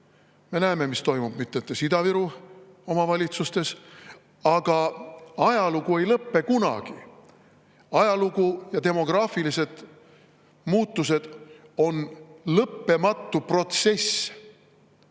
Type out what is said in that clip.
me näeme, mis toimub mitmetes Ida-Viru omavalitsustes. Aga ajalugu ei lõpe kunagi. Ajalugu ja demograafilised muutused on lõppematu protsess.